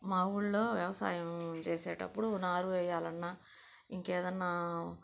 మా ఊళ్ళో వ్యవసాయం చేసేటప్పుడు నారు వేయాలన్నా ఇంకేదన్నా